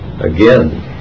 Again